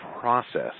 process